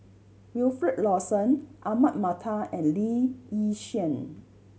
Wilfed Lawson Ahmad Mattar and Lee Yi Shyan